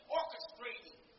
orchestrating